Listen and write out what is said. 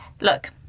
look